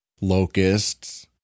locusts